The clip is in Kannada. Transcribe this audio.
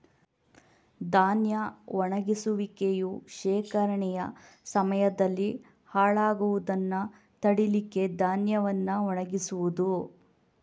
ಧಾನ್ಯ ಒಣಗಿಸುವಿಕೆಯು ಶೇಖರಣೆಯ ಸಮಯದಲ್ಲಿ ಹಾಳಾಗುದನ್ನ ತಡೀಲಿಕ್ಕೆ ಧಾನ್ಯವನ್ನ ಒಣಗಿಸುದು